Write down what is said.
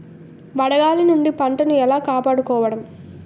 వడగాలి నుండి పంటను ఏలా కాపాడుకోవడం?